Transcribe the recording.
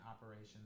operations